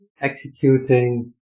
executing